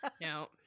No